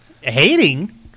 Hating